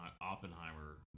Oppenheimer